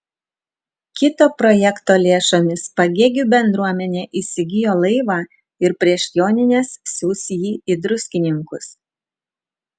kito projekto lėšomis pagėgių bendruomenė įsigijo laivą ir prieš jonines siųs jį į druskininkus